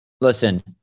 listen